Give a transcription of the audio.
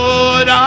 Lord